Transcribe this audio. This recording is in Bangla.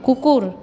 কুকুর